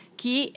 que